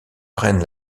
prennent